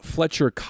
Fletcher